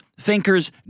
thinkers